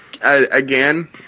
again